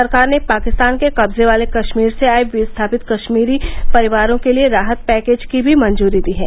सरकार ने पाकिस्तान के कब्जे वाले कश्मीर से आए विस्थापित कश्मीरी परिवारों के लिए राहत पैकेज की भी मंजूरी दी है